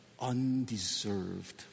undeserved